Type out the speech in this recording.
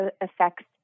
affects